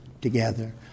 together